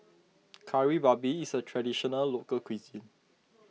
Kari Babi is a Traditional Local Cuisine